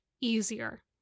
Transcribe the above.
easier